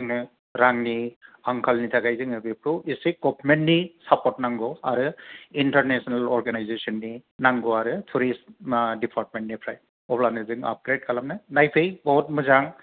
जोङो रांनि आंखाल नि थाखै जोङो बिखौ एसे गबमेननि साफर्थ नांगौ आरो इनथारनेसनेल अरगेनायजेसन नि नांगौ आरो थुरिस्ट दिफारतमेन निफ्राय अब्लानो जों आपग्रेद खालामनो नायफै बहुत मोजां